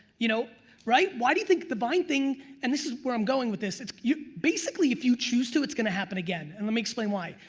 you know right, why do you think the vine thing and this is where i'm going with this, it's you basically if you choose to it's gonna happen again. and let me explain why.